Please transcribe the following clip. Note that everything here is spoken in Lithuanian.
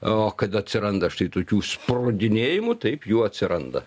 o kad atsiranda štai tokių sproginėjimų taip jų atsiranda